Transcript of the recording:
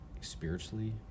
Spiritually